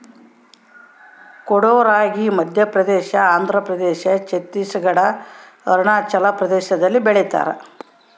ಕೊಡೋ ರಾಗಿ ಮಧ್ಯಪ್ರದೇಶ ಆಂಧ್ರಪ್ರದೇಶ ಛತ್ತೀಸ್ ಘಡ್ ಅರುಣಾಚಲ ಪ್ರದೇಶದಲ್ಲಿ ಬೆಳಿತಾರ